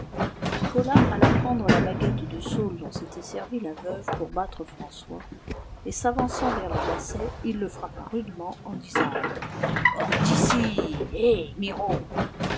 nicolas alla prendre la baguette de saule dont s'était servie la veuve pour battre françois et s'avançant vers le basset il le frappa rudement en disant hors d'ici